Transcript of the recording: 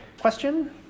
question